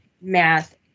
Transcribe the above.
math